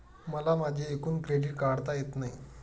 मला माझे एकूण क्रेडिट काढता येत नाही